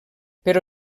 però